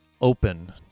open